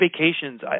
vacations